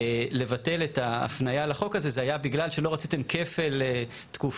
לבטל את ההפניה לחוק הזה זה היה בגלל שלא רציתם כפל תקופות.